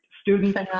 students